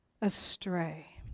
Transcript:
astray